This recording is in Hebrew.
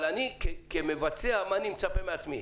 אבל אני כמבצע ציפיתי,